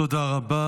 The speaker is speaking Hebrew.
תודה רבה.